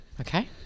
Okay